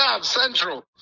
Central